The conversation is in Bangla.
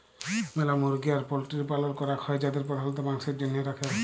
ম্যালা মুরগি আর পল্ট্রির পালল ক্যরাক হ্যয় যাদের প্রধালত মাংসের জনহে রাখে